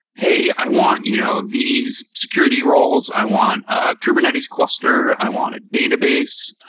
hey, i want you know these security roles. i want a kubernetes cluster. i want a database.